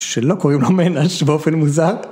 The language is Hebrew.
שלא קוראים לה מנש באופן מוזר.